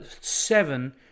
Seven